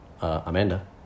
Amanda